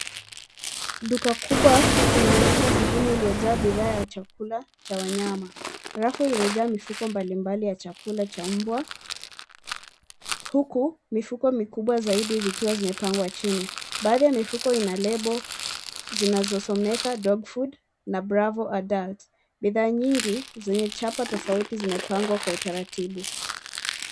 Duka kubwa inaonyesha sehemu iliyojaa bidhaa ya chakula cha wanyama. Rafu zimejaa mifuko mbalimbali ya chakula cha mbwa, huku mifuko mikubwa zaidi zikiwa zimepangwa chini. Baadhi ya mifuko ina lebo zinasomeka dog food na Bravo adult . Bidhaa nyingi zenye chapa tofa